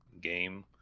game